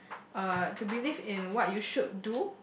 uh to believe in what you should do